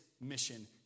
mission